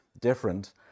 different